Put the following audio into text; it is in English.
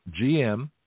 GM